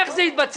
איך זה יתבצע?